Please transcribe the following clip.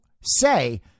say